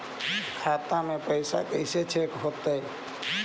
खाता में पैसा कैसे चेक हो तै?